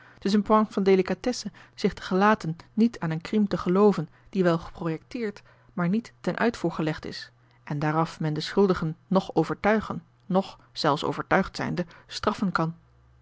t is een poinct van delicatesse zich te gelaten niet aan een crime te gelooven die wel geprojecteerd maar niet tenuitvoergelegd is en daaraf men de schuldigen noch overtuigen noch zelfs overtuigd zijnde straffen kan